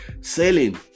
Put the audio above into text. sailing